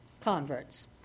converts